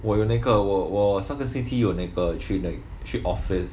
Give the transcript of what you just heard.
我有那个我我上个星期有那个去 like 去 office